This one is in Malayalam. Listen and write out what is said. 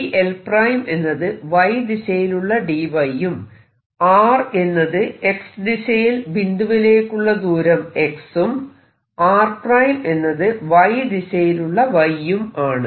dl′ എന്നത് Y ദിശയിലുള്ള dy യും r എന്നത് X ദിശയിൽ ബിന്ദുവിലേക്കുള്ള ദൂരം x ഉം r′ എന്നത് Y ദിശയിലുള്ള y യും ആണ്